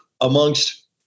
amongst